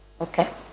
Okay